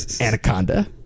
Anaconda